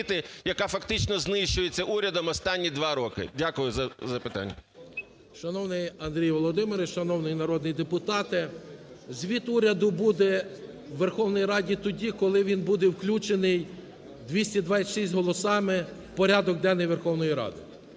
яка фактично знищується урядом останні два роки? Дякую за запитання. 10:40:58 КУБІВ С.І. Шановний Андрій Володимирович, шановні народні депутати, звіт уряду буде у Верховній Раді тоді, коли він буде включений 226 голосами в порядок денний Верховної Ради.